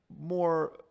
more